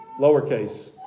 lowercase